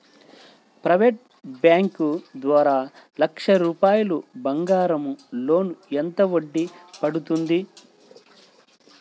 Private bank ద్వారా లక్ష రూపాయలు బంగారం లోన్ ఎంత వడ్డీ పడుతుంది?